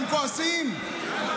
אז מה?